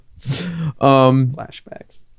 flashbacks